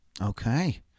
Okay